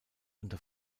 unter